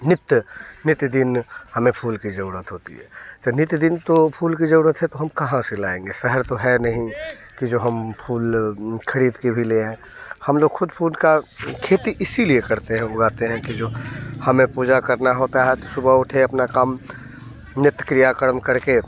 नित्य नित्य दिन में फूल की ज़रूरत होती है तो नित्य दिन तो फूलों की जरूरत है तो हम कहाँ से लाएंगे शहर तो है नहीं कि जो हम फूल ख़रीद के भी ले आएं हम लोग खुद फूल की खेती इसी लिए करते हैं उगाते हैं कि जो हमें पूजा करनी होती है तो सुबह उठे अपना काम नित्य क्रिया कर्म कर के